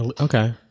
okay